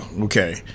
okay